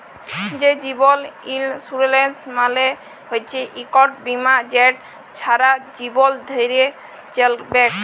যে জীবল ইলসুরেলস মালে হচ্যে ইকট বিমা যেট ছারা জীবল ধ্যরে চ্যলবেক